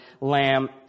lamb